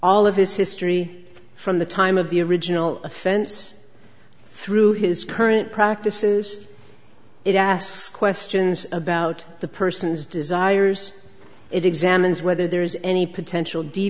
all of his history from the time of the original offense through his current practice is it asks questions about the person's desires it examines whether there is any potential de